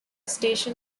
station